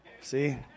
See